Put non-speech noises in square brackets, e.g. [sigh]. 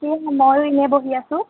[unintelligible] মইও এনেই বহি আছোঁ